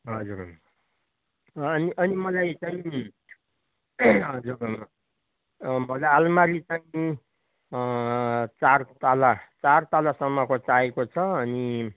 हजुर हजुर अनि मलाई चाहिँ हजुर आलमारी चाहिँ चारतला चारतलासम्मको चाहिएको छ अनि